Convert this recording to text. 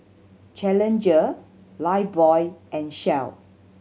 Challenger Lifebuoy and Shell